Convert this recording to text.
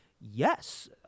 yes